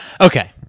Okay